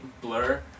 Blur